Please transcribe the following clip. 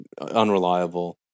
unreliable